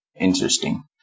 interesting